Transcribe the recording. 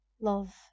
love